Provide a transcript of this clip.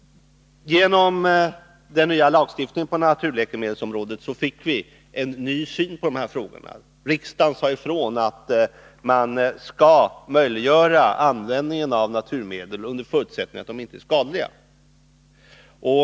Genom den nya lagstiftningen på naturläkemedelsområdet fick vi en ny syn på dessa frågor. Riksdagen sade ifrån att man skall möjliggöra användning av naturläkemedel under förutsättning att de inte är skadliga.